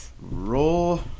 roll